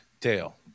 Dale